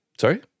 Sorry